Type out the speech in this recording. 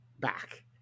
back